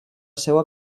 seua